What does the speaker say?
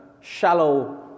shallow